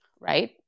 Right